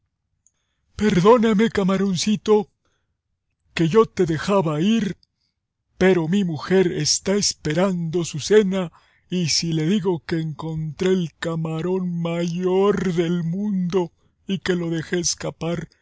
perdóname camaroncito que yo te dejaría ir pero mi mujer está esperando su cena y si le digo que encontré el camarón mayor del mundo y que lo dejé escapar